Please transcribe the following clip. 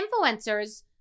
influencers